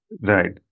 Right